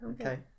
Okay